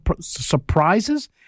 surprises